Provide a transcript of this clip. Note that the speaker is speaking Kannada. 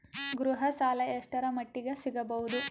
ಗೃಹ ಸಾಲ ಎಷ್ಟರ ಮಟ್ಟಿಗ ಸಿಗಬಹುದು?